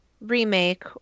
remake